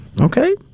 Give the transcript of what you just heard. Okay